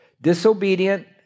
disobedient